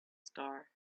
star